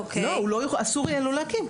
אסור יהיה לו להקים.